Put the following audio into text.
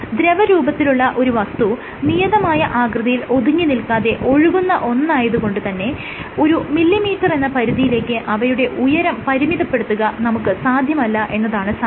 ദ്രവരൂപത്തിലുള്ള ഒരു വസ്തു നിയതമായ ആകൃതിയിൽ ഒതുങ്ങി നിൽക്കാതെ ഒഴുകുന്ന ഒന്നായത് കൊണ്ടുതന്നെ ഒരു മില്ലിമീറ്റർ എന്ന പരിധിയിലേക്ക് അവയുടെ ഉയരം പരിമിതപ്പെടുത്തുക നമുക്ക് സാധ്യമല്ല എന്നതാണ് സാരം